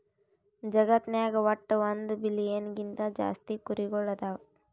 ಜಗತ್ನಾಗ್ ವಟ್ಟ್ ಒಂದ್ ಬಿಲಿಯನ್ ಗಿಂತಾ ಜಾಸ್ತಿ ಕುರಿಗೊಳ್ ಅದಾವ್